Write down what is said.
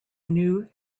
new